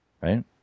right